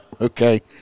okay